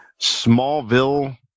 Smallville